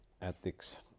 ethics